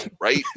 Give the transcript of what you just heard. right